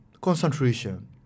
concentration